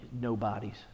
nobodies